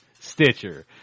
stitcher